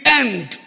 end